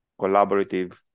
collaborative